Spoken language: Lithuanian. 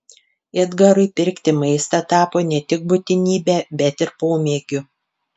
edgarui pirkti maistą tapo ne tik būtinybe bet ir pomėgiu